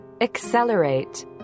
Accelerate